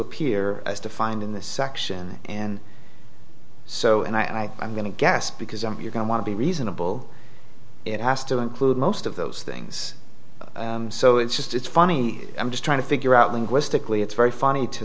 appear as defined in this section and so and i i'm going to guess because if you're going to be reasonable it has to include most of those things so it's just it's funny i'm just trying to figure out linguistically it's very funny to